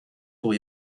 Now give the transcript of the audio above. pour